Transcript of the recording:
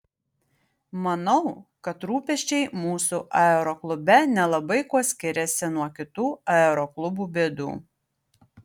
manau kad rūpesčiai mūsų aeroklube nelabai kuo skiriasi nuo kitų aeroklubų bėdų